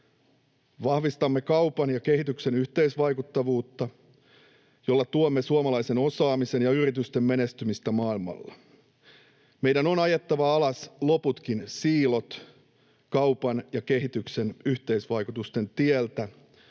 Vahvistamme kaupan ja kehityksen yhteisvaikuttavuutta, jolla tuemme suomalaisen osaamisen ja yritysten menestymistä maailmalla. Meidän on ajettava alas loputkin siilot kaupan ja kehityksen yhteisvaikutusten tieltä